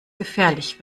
gefährlich